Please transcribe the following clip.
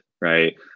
right